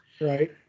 Right